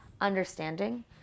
understanding